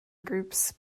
groups